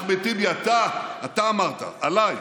אחמד טיבי, אתה אמרת עליי,